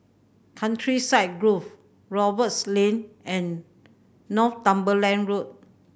Countryside Grove Roberts Lane and Northumberland Road